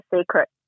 secret